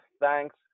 thanks